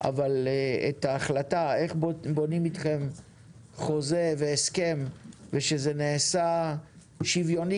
אבל את ההחלטה איך בונים איתכם חוזה והסכם ושזה נעשה שוויוני